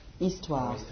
histoire